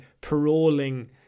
paroling